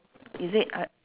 is it uh